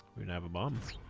we'd have a bomb